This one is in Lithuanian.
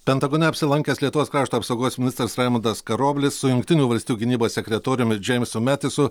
pentagone apsilankęs lietuvos krašto apsaugos ministras raimundas karoblis su jungtinių valstijų gynybos sekretoriumi džeimsu metisu